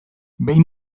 behin